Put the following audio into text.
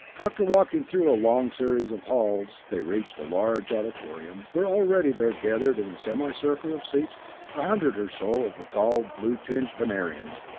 after walking through a long series of halls, they reached a large auditorium, where already there had gathered in the semi-circle of seats a hundred or so of the tall, blue-tinged venerians.